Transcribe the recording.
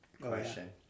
question